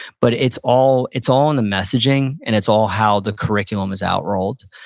but it's all it's all in the messaging and it's all how the curriculum is out rolled.